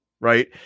Right